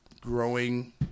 growing